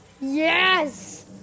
Yes